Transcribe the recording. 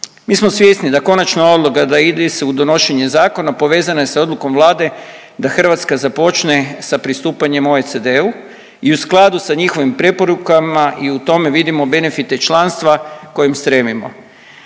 Mi smo svjesni da konačna odluka da ide se u donošenje zakona, povezana je sa odlukom Vlade da Hrvatska započne sa pristupanjem OECD-u i u skladu sa njihovim preporukama i u tome vidimo benefite članstva kojem stremimo,